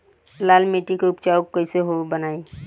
लाल मिट्टी के उपजाऊ कैसे बनाई?